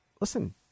listen